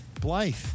Blythe